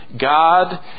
God